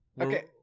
Okay